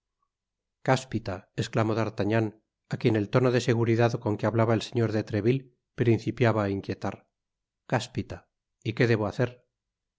cáspita esclamó d'artagnan á quien el tono de seguridad con que hablaba el señor de treville principiaba á inquietar cáspita y que debo hacer